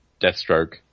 Deathstroke